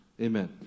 Amen